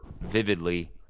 vividly